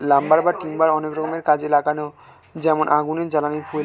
lumber বা timber অনেক রকমের কাজে লাগে যেমন আগুনের জ্বালানি, ফুয়েল ইত্যাদি